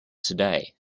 today